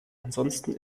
ansonsten